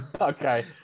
Okay